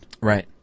Right